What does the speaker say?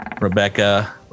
Rebecca